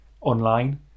online